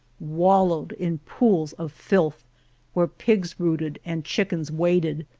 wallowed in pools of filth where pigs rooted and chick ens waded.